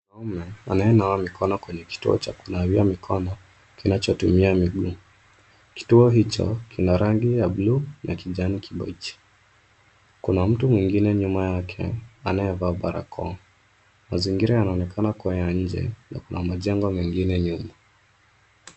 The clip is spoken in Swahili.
Mwanaume anayenanawa mikono kwenye kituo cha kunawia mikono kinachotumia miguu. Kituo hicho kina rangi ya buluu na kijani kibichi. Kuna mtu mwengine nyuma yake anayevaa barakoa. Mazingira yanaonekana kuwa ya nje na kuna majengo mengine nyuma.